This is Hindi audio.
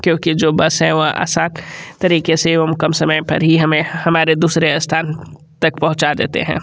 क्योंकि जो बस है वह आसान तरीके से एवं कम समय पर ही हमें हमारे दूसरे स्थान तक पहुँचा देते हैं